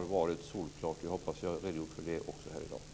varit solklart. Jag hoppas att jag har redogjort för det också här i dag.